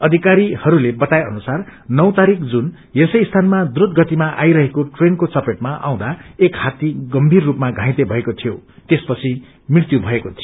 अधिकरीहरूले बताए अनुसार नौ तारीख जून यसै स्थानमा द्रूत गतिमा आईरहेको ट्रेनको चपेटमा आउँदा एक हात्ती गम्भीर रूपमा घाइते भएको थियो त्यसपछि मृत्यु भएको थियो